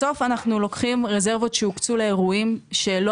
בסוף אנחנו לוקחים רזרבות שהוקצו לאירועים שלא